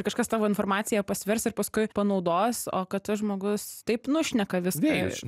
kažkas tavo informaciją pasvers ir paskui panaudos o kad tas žmogus taip nušneka viską iš